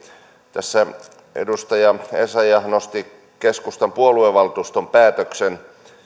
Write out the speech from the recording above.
piiriin tässä edustaja essayah nosti keskustan puoluevaltuuston päätöksen